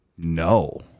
No